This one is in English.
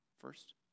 first